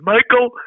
Michael